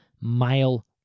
mile